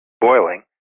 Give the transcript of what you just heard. boiling